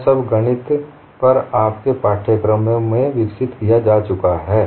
यह सब गणित पर आपके पाठ्यक्रमों में विकसित किया जा चुका है